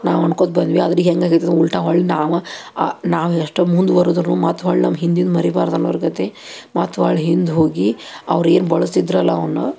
ನಾವು ಅಂದ್ಕೊಳ್ತ್ ಬಂದ್ವಿ ಆದ್ರೆ ಈಗ ಹೆಂಗಾಗೈತಿ ಅದು ಉಲ್ಟಾ ಹೊಳ್ಳಿ ನಾವು ನಾವು ಎಷ್ಟೋ ಮುಂದುವರೆದರೂ ಮತ್ತು ಹೊಳ್ಳಿ ನಮ್ಮ ಹಿಂದಿಂದ ಮರಿಬಾರ್ದು ಅನ್ನುವರ ಗತಿ ಮತ್ತು ಒಳ ಹಿಂದು ಹೋಗಿ ಅವ್ರು ಏನು ಬಳಸ್ತಿದ್ರಲ್ಲ ಅವನ್ನ